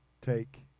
Take